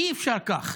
אי-אפשר כך.